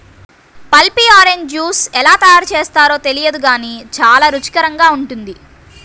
pulpy orange juice ఎలా తయారు చేస్తారో తెలియదు గానీ చాలా రుచికరంగా ఉంటుంది